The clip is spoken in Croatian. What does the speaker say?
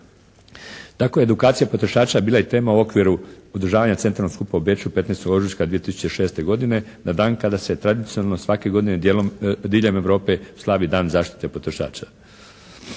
Tako je edukacija potrošača bila i tema u okviru održavanja centralnog skupa u Beču 15. ožujka 2006. godine na dan kada se tradicionalno svake godine diljem Europe slavi dan zaštite potrošača.